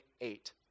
eight